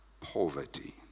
poverty